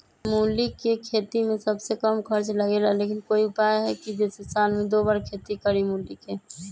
मूली के खेती में सबसे कम खर्च लगेला लेकिन कोई उपाय है कि जेसे साल में दो बार खेती करी मूली के?